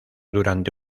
durante